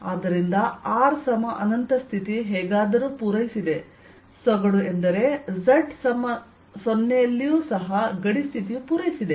ಆದ್ದರಿಂದ r ಅನಂತ ಸ್ಥಿತಿ ಹೇಗಾದರೂ ಪೂರೈಸಿದೆ ಸೊಗಡು ಎಂದರೆ z 0 ನಲ್ಲಿಯೂ ಸಹ ಗಡಿ ಸ್ಥಿತಿಯು ಪೂರೈಸಿದೆ